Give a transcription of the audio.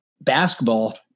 basketball